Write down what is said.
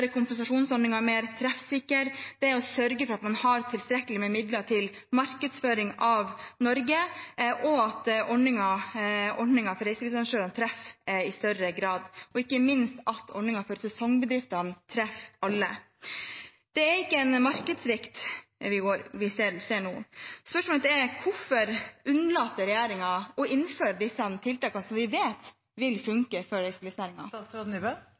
mer treffsikker, sørge for at man har tilstrekkelig med midler til markedsføring av Norge, at ordningen for reiselivsarrangørene treffer i større grad, og ikke minst at ordningen for sesongbedriftene treffer alle, for det er ikke en markedssvikt vi ser nå. Spørsmålet er: Hvorfor unnlater regjeringen å innføre de tiltakene vi vet vil funke for